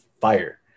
fire